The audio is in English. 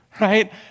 Right